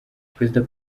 perezida